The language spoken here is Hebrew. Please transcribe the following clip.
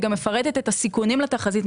היא גם מפרטת את הסיכונים לתחזית,